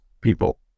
people